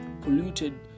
polluted